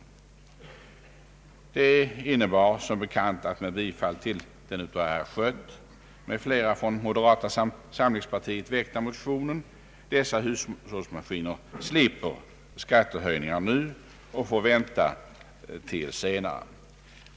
Utskottets beslut innebar som bekant att med bifall till den av herr Schött m.fl. från moderata samlingspartiet väckta motionen dessa hushållsmaskiner slipper skattehöjningar nu och får vänta till senare.